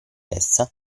essa